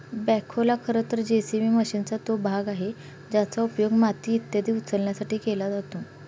बॅखोला खरं तर जे.सी.बी मशीनचा तो भाग आहे ज्याचा उपयोग माती इत्यादी उचलण्यासाठी केला जातो